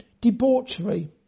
Debauchery